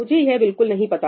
मुझे यह बिल्कुल नहीं पता